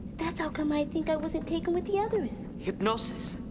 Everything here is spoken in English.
that's how come i think i wasn't taken with the others. hypnosis.